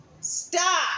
Stop